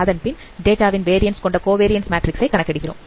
அதன்பின் டேட்டாவின் வேரியன்ஸ் கொண்ட கோவரியன்ஸ் மேட்ரிக்ஸ் கணக்கிடுகிறோம்